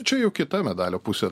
čia jau kita medalio pusė